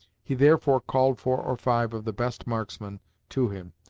he therefore called four or five of the best marksmen to him,